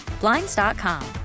Blinds.com